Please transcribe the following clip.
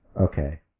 Okay